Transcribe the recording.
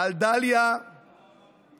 על דליה בעיניים.